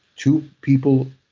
two people,